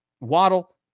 waddle